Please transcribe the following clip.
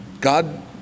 God